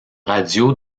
radio